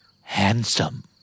Handsome